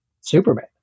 Superman